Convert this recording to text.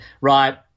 right